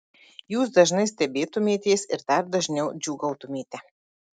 jūs dažnai stebėtumėtės ir dar dažniau džiūgautumėte